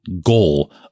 goal